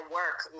work